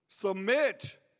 Submit